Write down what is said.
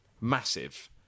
massive